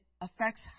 affects